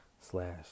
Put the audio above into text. slash